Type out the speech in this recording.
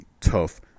tough